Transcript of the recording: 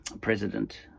president